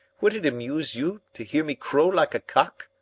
would it amuse you to hear me crow like a cock?